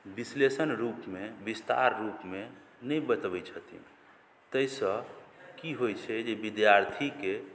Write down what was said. विश्लेषण रूपमे विस्तार रूपमे नहि बतबै छथिन ताहिसँ की होइ छै जे विद्यार्थीके